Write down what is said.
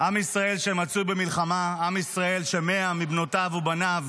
שמצוי במלחמה, עם ישראל ש-100 מבנותיו ובניו